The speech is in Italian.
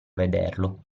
vederlo